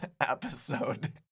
episode